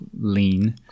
lean